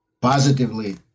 positively